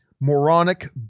moronic